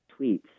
tweets